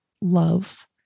love